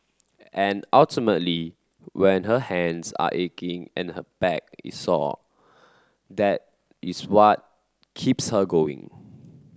and ultimately when her hands are aching and her back is sore that is what keeps her going